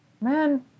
man